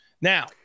Now